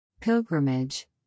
Pilgrimage